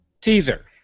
Teaser